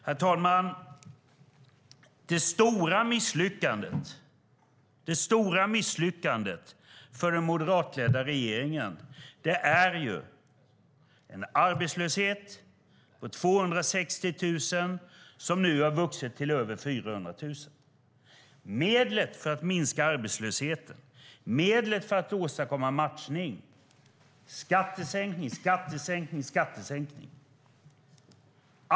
Herr talman! Det stora misslyckandet för den moderatledda regeringen är en arbetslöshet på 260 000 som nu har vuxit till över 400 000. Medlet för att minska arbetslösheten, medlet för att åstadkomma matchning är skattesänkning, skattesänkning, skattesänkning.